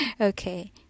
Okay